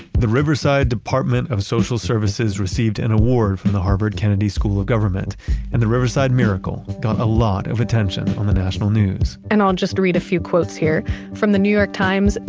the riverside department of social services received an award from the harvard kennedy school of government and the riverside miracle got a lot of attention on the national news and i'll just read a few quotes here from the new york times.